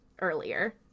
earlier